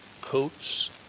coats